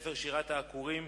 מהספר "שירת העקורים",